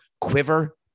quiver